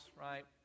right